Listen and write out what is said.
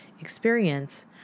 experience